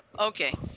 Okay